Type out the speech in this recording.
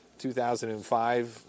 2005